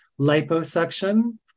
liposuction